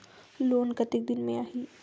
Loan कतेक दिन मे आही?